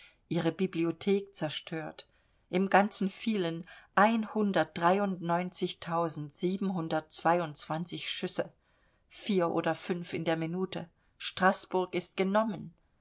ihre bibliothek zerstört im ganzen fielen schüsse vier oder fünf in der minute straßburg ist genommen